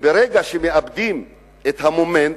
וברגע שמאבדים את המומנט,